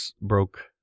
broke